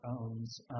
owns